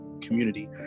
community